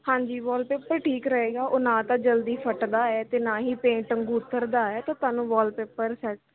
ਹਾਂਜੀ ਵਾਲਪੇਪਰ ਠੀਕ ਰਹੇਗਾ ਉਹ ਨਾ ਤਾਂ ਜਲਦੀ ਫੱਟਦਾ ਹੈ ਅਤੇ ਨਾ ਹੀ ਪੇਂਟ ਵਾਂਗੂ ਉਤਰਦਾ ਹੈ ਤਾਂ ਤੁਹਾਨੂੰ ਵਾਲਪੇਪਰ ਸੈੱਟ